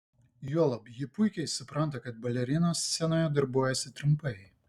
juolab ji puikiai supranta kad balerinos scenoje darbuojasi trumpai